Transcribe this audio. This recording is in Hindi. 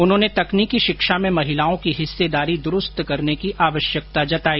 उन्होंने तकनीकी शिक्षा में महिलाओं की हिस्सेदारी दुरूस्त करने की आवश्यकता जताई